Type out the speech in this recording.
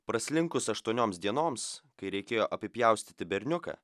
praslinkus aštuonioms dienoms kai reikėjo apipjaustyti berniuką